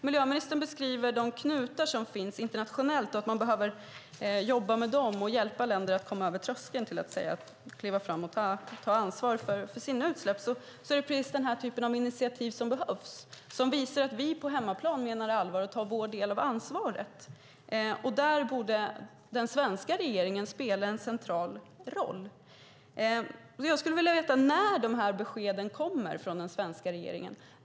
Miljöministern beskriver de knutar som finns internationellt och att man behöver jobba med dem och hjälpa länder att komma över tröskeln, kliva fram och ta ansvar för sina utsläpp. Då behövs precis den här typen av initiativ, som visar att vi på hemmaplan menar allvar och tar vår del av ansvaret. Där borde den svenska regeringen spela en central roll. Jag skulle vilja veta när dessa besked kommer från den svenska regeringen.